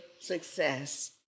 success